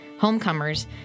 homecomers